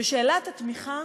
בשאלת התמיכה: